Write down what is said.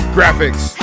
Graphics